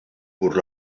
pur